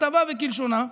ככתבה וכשלשונה,